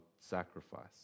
sacrifice